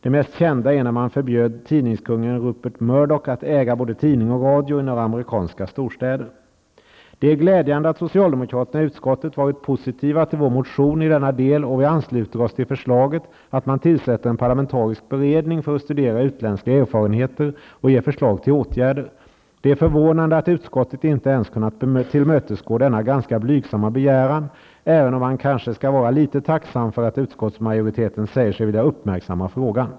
Det mest kända exemplet är när man förbjöd tidningskungen Rupert Murdoch att äga både tidning och radio i några amerikanska storstäder. Det är glädjande att socialdemokraterna i utskottet har varit positiva till vår motion i denna del. Vi ansluter oss till förslaget att man tillsätter en parlamentarisk beredning för att studera utländska erfarenheter och ge förslag till åtgärder. Det är förvånande att utskottet inte ens har kunnat tillmötesgå denna ganska blygsamma begäran, även om man kanske skall vara litet tacksam för att utskottsmajoriteten säger sig vilja uppmärksamma frågan.